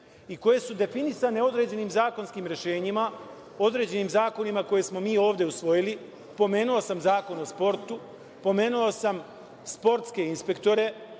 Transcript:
i koje su definisane određenim zakonskim rešenjima, određenim zakonima koje smo mi ovde usvojili. Pomenuo sam Zakon o sportu. Pomenuo sam sportske inspektore.